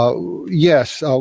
Yes